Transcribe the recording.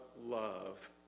love